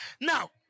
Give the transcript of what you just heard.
Now